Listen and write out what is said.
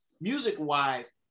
music-wise